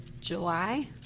July